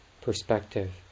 perspective